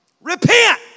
Repent